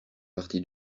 parti